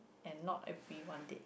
and not everyone that